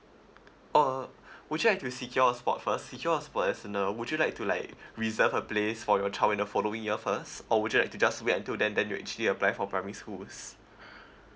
or would you like to secure a spot first secure a spot as in uh would you like to like reserve a place for your child in the following year first or would you like to just wait until then then you actually apply for primary schools